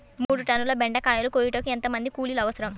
మూడు టన్నుల బెండకాయలు కోయుటకు ఎంత మంది కూలీలు అవసరం?